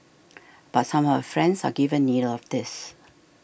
but some of her friends are given neither of these